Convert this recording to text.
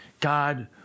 God